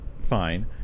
fine